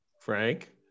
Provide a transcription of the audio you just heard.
Frank